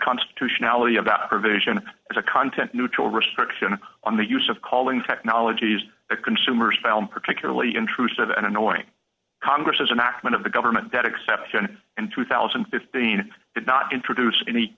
constitutionality of her vision as a content neutral restriction on the use of calling technologies that consumers found particularly intrusive and annoying congress as an act of the government that exception in two thousand and fifteen did not introduce any